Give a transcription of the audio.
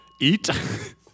eat